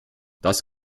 das